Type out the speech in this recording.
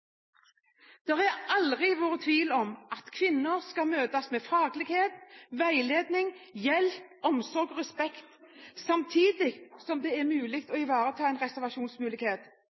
har aldri vært tvil om at kvinner skal møtes med faglighet, veiledning, hjelp, omsorg og respekt, samtidig som det skal være mulig å ivareta en reservasjonsmulighet.